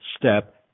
step